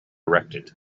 erected